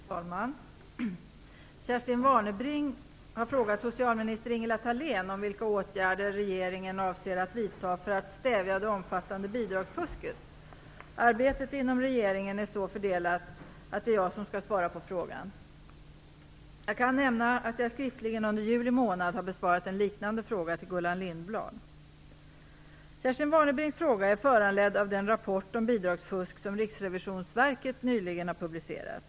Fru talman! Kerstin Warnerbring har frågat socialminister Ingela Thalén om vilka åtgärder regeringen avser att vidta för att stävja det omfattande bidragsfusket. Arbetet inom regeringen är så fördelat att det är jag som skall svara på frågan. Jag kan nämna att jag skriftligen under juli månad har besvarat en liknande fråga från Gullan Lindblad. Kerstin Warnerbrings fråga är föranledd av den rapport om bidragsfusk som Riksrevisionsverket nyligen har publicerat.